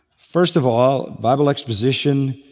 first of all, bible exposition